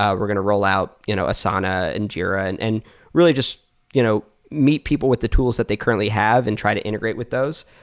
we're going to roll out you know asana and jira, and and really just you know meet people with the tools that they currently have and try to integrate with those.